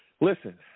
listen